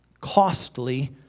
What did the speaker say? costly